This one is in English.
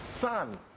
son